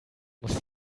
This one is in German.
muss